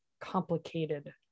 complicated